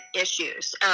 issues